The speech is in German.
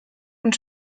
und